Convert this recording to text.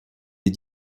des